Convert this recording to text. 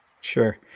Sure